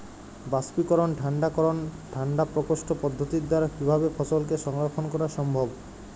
বাষ্পীকরন ঠান্ডা করণ ঠান্ডা প্রকোষ্ঠ পদ্ধতির দ্বারা কিভাবে ফসলকে সংরক্ষণ করা সম্ভব?